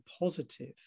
positive